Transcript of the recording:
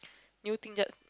new thing that